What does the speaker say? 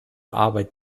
arbeit